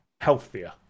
healthier